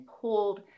pulled